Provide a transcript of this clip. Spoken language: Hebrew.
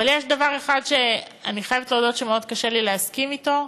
אבל יש דבר אחד שאני חייבת להודות שמאוד קשה לי להסכים לו,